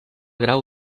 grau